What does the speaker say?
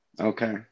Okay